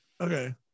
Okay